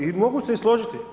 I mogu se i složiti.